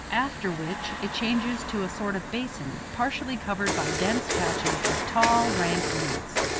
after which it changes to a sort of basin, partially covered by dense patches of tall, rank weeds.